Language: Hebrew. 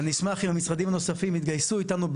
אשמח אם המשרדים הנוספים יתגייסו יחד איתנו.